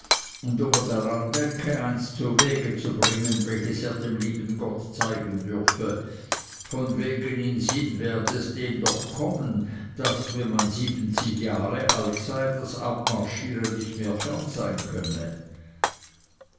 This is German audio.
er daran denke eins zuwege zu bringen welches er dem lieben gott zeigen dürfe von wegen in sinn werde es dem doch kommen daß wenn man siebenzig jahre alt sei das abmarschieren nicht mehr fern sein könne